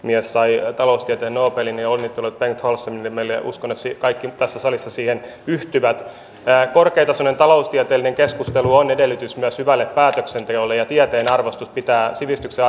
sai taloustieteen nobelin onnittelut bengt holmströmille uskon että kaikki tässä salissa siihen yhtyvät korkeatasoinen taloustieteellinen keskustelu on edellytys myös hyvälle päätöksenteolle ja tieteen ja sivistyksen